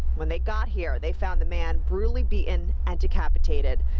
when they got here, they found the man brutally beaten and decapitated.